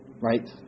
right